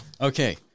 Okay